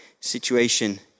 situation